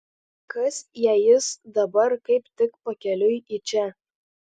kas jei jis dabar kaip tik pakeliui į čia